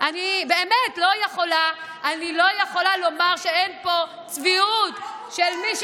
אני באמת לא יכולה לומר שאין פה צביעות של מי,